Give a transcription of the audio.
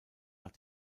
nach